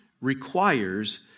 requires